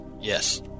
Yes